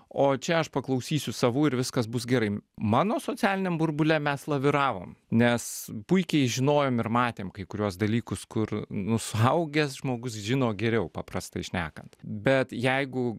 o čia aš paklausysiu savų ir viskas bus gerai mano socialiniam burbule mes laviravom nes puikiai žinojom ir matėm kai kuriuos dalykus kur nu suaugęs žmogus žino geriau paprastai šnekant bet jeigu